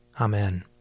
Amen